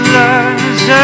loves